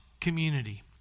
community